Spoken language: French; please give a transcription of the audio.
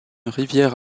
rivière